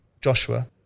Joshua